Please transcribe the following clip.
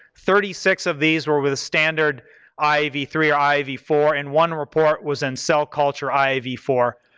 thirty six of these were with standard i v three or i v four and one report was in cell culture i v four.